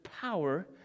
power